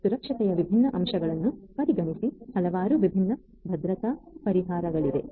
ಸುರಕ್ಷತೆಯ ವಿಭಿನ್ನ ಅಂಶಗಳನ್ನು ಪರಿಗಣಿಸಿ ಹಲವಾರು ವಿಭಿನ್ನ ಭದ್ರತಾ ಪರಿಹಾರಗಳಿವೆ